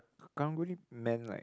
karang guni man like